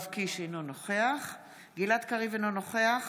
אינו נוכח גלעד קריב, אינו נוכח